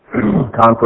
conference